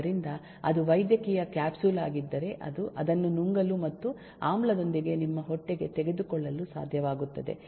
ಆದ್ದರಿಂದ ಅದು ವೈದ್ಯಕೀಯ ಕ್ಯಾಪ್ಸುಲ್ ಆಗಿದ್ದರೆ ಅದನ್ನು ನುಂಗಲು ಮತ್ತು ಆಮ್ಲದೊಂದಿಗೆ ನಿಮ್ಮ ಹೊಟ್ಟೆಗೆ ತೆಗೆದುಕೊಳ್ಳಲು ಸಾಧ್ಯವಾಗುತ್ತದೆ